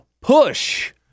push